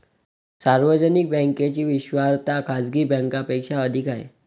सार्वजनिक बँकेची विश्वासार्हता खाजगी बँकांपेक्षा अधिक आहे